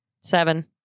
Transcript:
seven